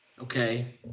okay